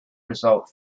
result